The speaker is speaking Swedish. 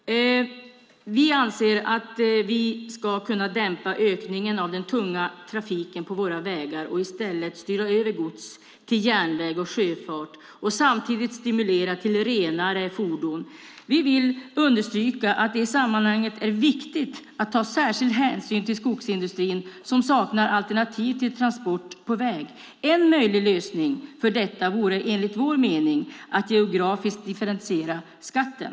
Vi anser att vi ska kunna dämpa ökningen av den tunga trafiken på våra vägar och i stället styra över gods till järnväg och sjöfart och samtidigt stimulera till renare fordon. Vi vill understryka att det i sammanhanget är viktigt att ta särskild hänsyn till skogsindustrin som saknar alternativ till transport på väg. En möjlig lösning för detta vore, enligt vår mening, att geografiskt differentiera skatten.